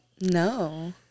No